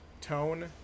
tone